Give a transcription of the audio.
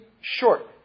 short